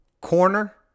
corner